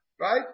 Right